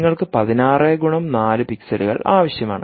നിങ്ങൾക്ക് 16 ഗുണം 4 പിക്സലുകൾ ആവശ്യമാണ്